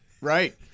right